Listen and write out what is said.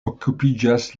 okupiĝas